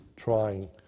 trying